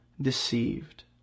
deceived